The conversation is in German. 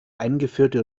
eingeführte